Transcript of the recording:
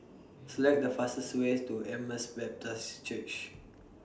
Select The fastest Way to Emmaus Baptist Church